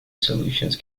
solutions